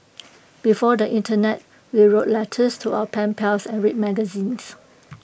before the Internet we wrote letters to our pen pals and read magazines